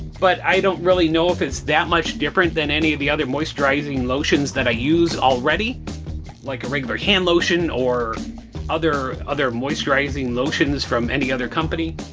but i don't really know if it's that much different than any of the other moisturizing lotions that i use already like the regular hand lotion or other other moisturizing lotions from any other company.